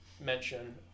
mention